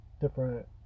different